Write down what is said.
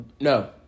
No